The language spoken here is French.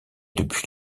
depuis